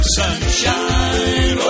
sunshine